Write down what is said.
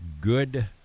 good